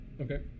okay